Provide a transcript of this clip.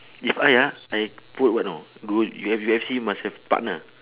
if I ah I put what know go U F U_F_C must have partner